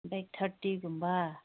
bag ꯊꯥꯔꯇꯤꯒꯨꯝꯕ